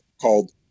called